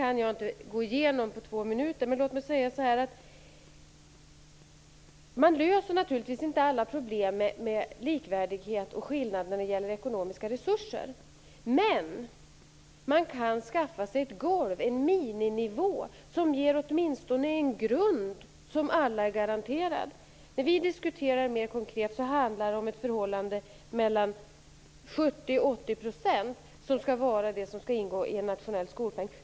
Jag kan inte gå igenom skolpengen på två minuter, men låt mig säga så här: Man löser naturligtvis inte alla problem med likvärdighet och skillnader i ekonomiska resurser. Men man kan skaffa sig ett golv, en miniminivå som åtminstone ger alla en garanterad grund. När vi diskuterar detta mer konkret handlar det om att mellan 70 % och 80 % skall ingå i en nationell skolpeng.